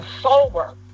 sober